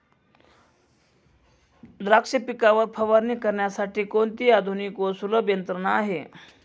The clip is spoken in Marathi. द्राक्ष पिकावर फवारणी करण्यासाठी कोणती आधुनिक व सुलभ यंत्रणा आहे?